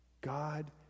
God